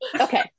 Okay